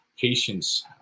patience